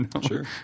sure